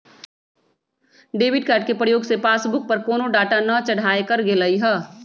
debit card के प्रयोग से पासबुक पर कोनो डाटा न चढ़ाएकर गेलइ ह